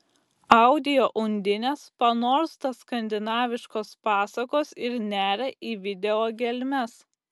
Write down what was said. audio undinės panorsta skandinaviškos pasakos ir neria į video gelmes